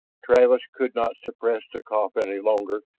travis could not suppress the cough any longer,